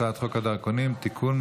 הצעת חוק הדרכונים (תיקון,